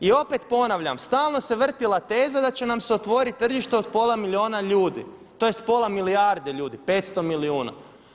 I opet ponavljam, stalno se vrtjela teza da će nam se otvoriti tržište od pola milijuna ljudi, tj. pola milijarde ljudi, 500 milijuna.